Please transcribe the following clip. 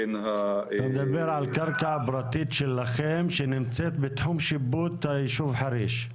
אתה מדבר על קרקע פרטית שלכם שנמצאת בתחום השיפוט של היישוב חריש.